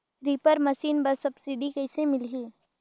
Reaper machine बर subsidy कइसे मिलही?